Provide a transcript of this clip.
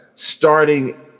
starting